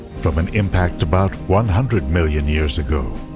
from an impact about one hundred million years ago.